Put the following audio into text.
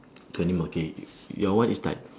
two animal okay your one is done